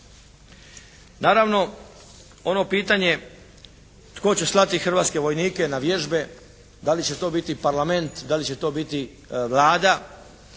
Naravno ono pitanje tko će slati hrvatske vojnike na vježbe, da li će to biti Parlament, da li će to biti Vlada,